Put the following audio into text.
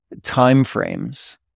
timeframes